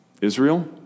Israel